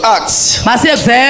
Acts